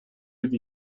with